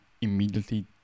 immediately